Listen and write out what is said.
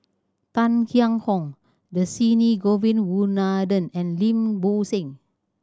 Tang Liang Hong Dhershini Govin Winodan and Lim Bo Seng